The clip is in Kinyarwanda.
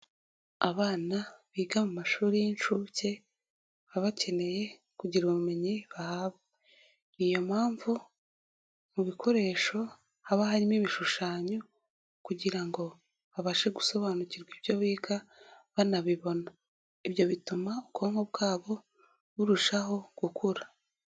Abana biga mu mashuri y'inshuke baba bakeneye kugira ubumenyi bahabwa, ni iyo mpamvu mu bikoresho haba harimo ibishushanyo kugira ngo babashe gusobanukirwa ibyo biga, banabibona. Ibyo bituma ubwonko bwabo burushaho gukura.